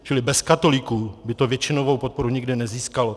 Čili bez katolíků by to většinovou podporu nikdy nezískalo.